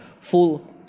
full